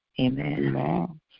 Amen